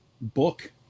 book